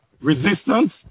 resistance